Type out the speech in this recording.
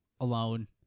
alone